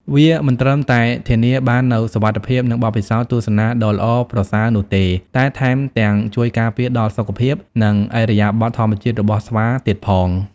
វាមិនត្រឹមតែធានាបាននូវសុវត្ថិភាព និងបទពិសោធន៍ទស្សនាដ៏ល្អប្រសើរនោះទេ តែថែមទាំងជួយការពារដល់សុខភាព និងឥរិយាបថធម្មជាតិរបស់ស្វាទៀតផង។